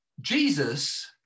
Jesus